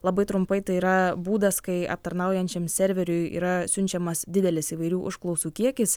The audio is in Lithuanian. labai trumpai tai yra būdas kai aptarnaujančiam serveriui yra siunčiamas didelis įvairių užklausų kiekis